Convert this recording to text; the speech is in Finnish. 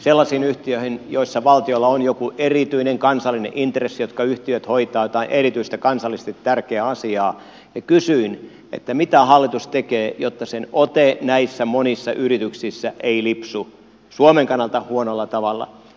sellaiset yhtiöt joissa valtiolla on joku erityinen kansallinen intressi hoitavat jotain erityistä kansallisesti tärkeää asiaa ja kysyin mitä hallitus tekee jotta sen ote näissä monissa yrityksissä ei lipsu suomen kannalta huonolla tavalla